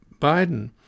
Biden